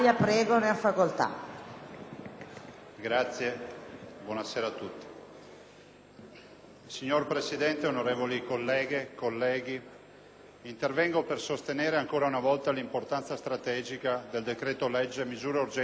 e forestali*. Signora Presidente, onorevoli colleghe e colleghi, intervengo per sostenere ancora una volta l'importanza strategica del decreto-legge recante misure urgenti per il rilancio competitivo